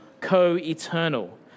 co-eternal